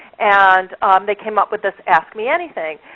and they came up with this ask me anything.